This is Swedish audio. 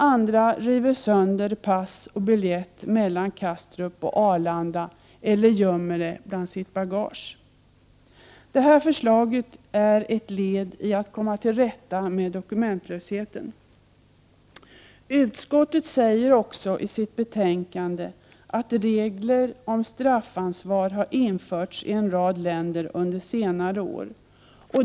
Andra river sönder pass och biljett mellan Kastrup och Arlanda eller gömmer dem i sitt bagage. Det här förslaget är ett led i att komma till rätta med dokumentlösheten. Utskottet säger också i sitt betänkande att regler om straffansvar har införts i en rad länder under senare år.